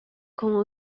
com